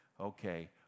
Okay